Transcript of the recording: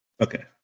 Okay